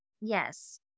Yes